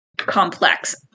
Complex